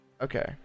Okay